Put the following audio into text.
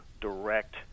direct